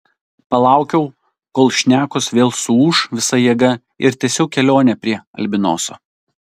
palaukiau kol šnekos vėl suūš visa jėga ir tęsiau kelionę prie albinoso